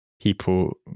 people